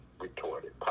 retorted